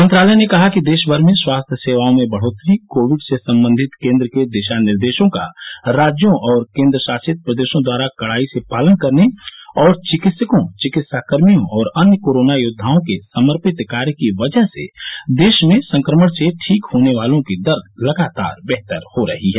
मंत्रालय ने कहा कि देश भर में स्वास्थ्य सेवाओं में बढोतरी कोविड से संबंधित केन्द्र के दिशा निर्देशों का राज्यों और केन्द्रशासित प्रदेशों द्वारा कडाई से पालन करने और चिकित्सकों चिकित्सा कर्मियों और अन्य कोरोना योद्वाओं के समर्पित कार्य की वजह से देश में संक्रमण से ठीक होने वालों की दर लगातार बेहतर हो रही है